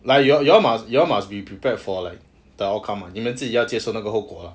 like you all you all must you all must be prepared for like the outcome 你们自己要接受那个后果 lah